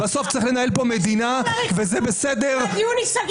בסוף צריך לנהל פה מדינה ----- הדיון ייסגר